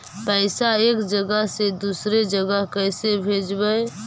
पैसा एक जगह से दुसरे जगह कैसे भेजवय?